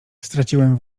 straciłem